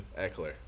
Eckler